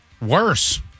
Worse